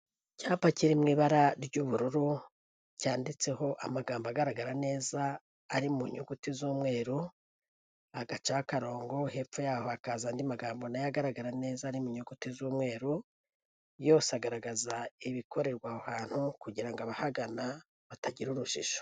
Icyapa kiri mu ibara ry'ubururu cyanditseho amagambo agaragara neza ari mu nyuguti z'umweru, agaca karongo hepfo yaho hakaza andi magambo nayo agaragara neza ari mu nyuguti z'umweru, yose agaragaza ibikorerwa aho hantu kugira abahagana batagira urujijo.